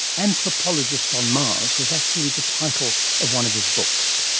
anthropologist on mars was actually the title of one of his books.